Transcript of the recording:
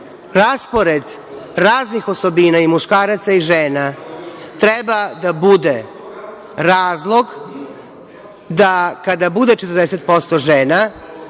raspored raznih osobina i muškaraca i žena treba da bude razlog da kada bude 40% žena,